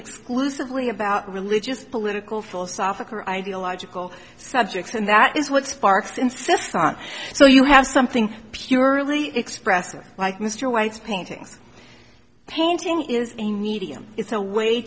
exclusively about religious political philosophical or ideological subjects and that is what sparks insist on so you have something purely expressive like mr white's paintings painting is a needy and it's a way